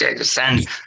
send